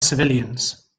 civilians